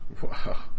Wow